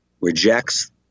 rejects